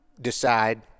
decide